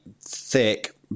thick